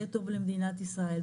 יהיה טוב למדינת ישראל,